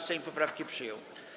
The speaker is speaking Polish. Sejm poprawki przyjął.